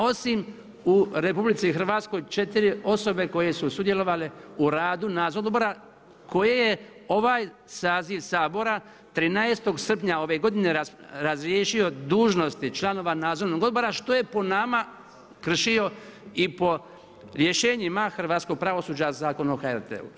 Osim u RH, 4 osobe koje su sudjelovale u radu nadzornog odbora, koji je ovaj saziv Sabora, 13. srpnja ove godine razriješio dužnosti članova nadzornog odbora, što je po nama kršio i po rješenjima hrvatskog pravosuđa Zakon o HRT-u.